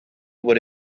what